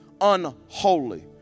unholy